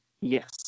Yes